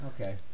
okay